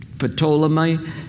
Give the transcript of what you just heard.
Ptolemy